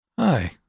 Hi